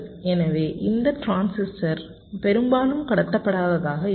எனவே இந்த டிரான்சிஸ்டர் பெரும்பாலும் கடத்தப்படாததாக இருக்கும்